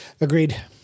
Agreed